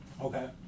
Okay